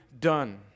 done